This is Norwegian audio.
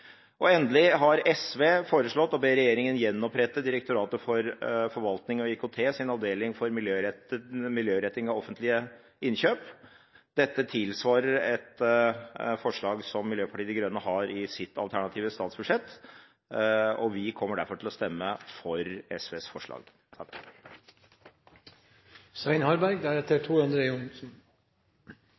området. Endelig har SV foreslått å be regjeringen gjenopprette Direktoratet for forvaltning og IKTs avdeling for miljøretting av offentlige innkjøp. Dette tilsvarer et forslag som Miljøpartiet De Grønne har i sitt alternative statsbudsjett, og vi kommer derfor til å stemme for SVs forslag.